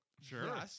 sure